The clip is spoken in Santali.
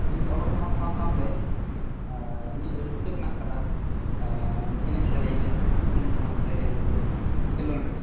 ᱤᱧ ᱚᱞᱚᱜ ᱯᱟᱲᱦᱟᱣ ᱥᱟᱶ ᱥᱟᱶᱛᱮ ᱤᱧᱟᱹᱜ ᱨᱟᱹᱥᱠᱟᱹ ᱢᱮᱱᱟᱜ ᱟᱠᱟᱫᱟ ᱮᱱᱮᱡ ᱥᱮᱨᱮᱧ ᱨᱮ ᱤᱱᱟᱹ ᱥᱟᱶᱛᱮ ᱠᱷᱮᱞᱳᱰ ᱨᱮ